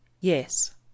Yes